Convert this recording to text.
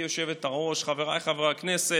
גברתי היושבת-ראש, חבריי חברי הכנסת,